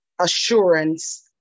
assurance